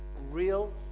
real